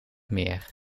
meer